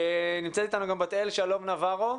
נמצאת אתנו בת אל שלום נברו,